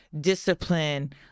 discipline